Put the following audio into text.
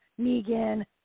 Negan